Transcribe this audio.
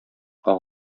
аңа